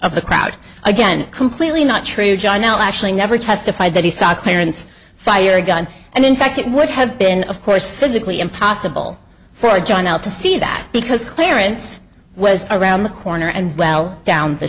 of the crowd again completely not true john no actually never testified that he saw clarence fire a gun and in fact it would have been of course physically impossible for john l to see that because clarence was around the corner and well down the